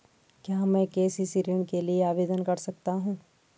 क्या मैं के.सी.सी ऋण के लिए आवेदन कर सकता हूँ?